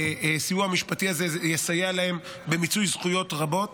הסיוע משפטי הזה יסייע להם במיצוי זכויות רבות.